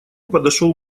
подошел